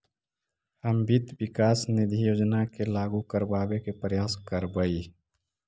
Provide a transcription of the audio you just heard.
हम वित्त विकास निधि योजना के लागू करबाबे के प्रयास करबई